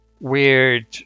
weird